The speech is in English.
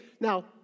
now